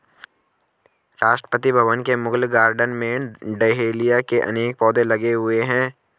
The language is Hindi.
राष्ट्रपति भवन के मुगल गार्डन में डहेलिया के अनेक पौधे लगे हुए हैं